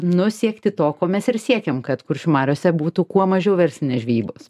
nu siekti to ko mes ir siekėm kad kuršių mariose būtų kuo mažiau verslinės žvejybos